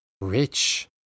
Rich